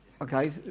Okay